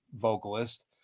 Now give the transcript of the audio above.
vocalist